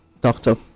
doctor